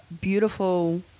beautiful